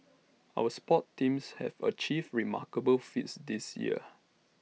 our sports teams have achieved remarkable feats this year